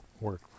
work